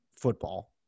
football